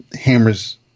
hammers